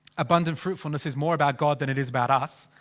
abundant fruitfulness is more about god then it is about us.